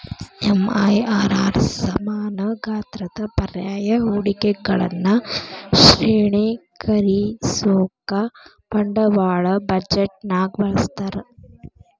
MIRR ಸಮಾನ ಗಾತ್ರದ ಪರ್ಯಾಯ ಹೂಡಿಕೆಗಳನ್ನ ಶ್ರೇಣೇಕರಿಸೋಕಾ ಬಂಡವಾಳ ಬಜೆಟ್ನ್ಯಾಗ ಬಳಸ್ತಾರ